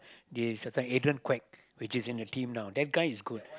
this certain Adrian Kwek which is in the team now that guy is good